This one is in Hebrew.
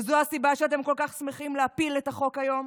וזו הסיבה שאתם כל כך שמחים להפיל את החוק היום?